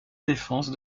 défense